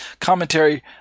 commentary